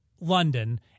London